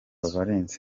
valens